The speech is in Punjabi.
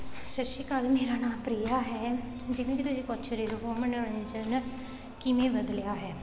ਸਤਿ ਸ਼੍ਰੀ ਅਕਾਲ ਮੇਰਾ ਨਾਮ ਪ੍ਰਿਆ ਹੈ ਜਿਵੇਂ ਕਿ ਤੁਸੀਂ ਪੁੱਛ ਰਹੇ ਹੋ ਮਨੋਰਜਨ ਕਿਵੇਂ ਬਦਲਿਆ ਹੈ